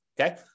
okay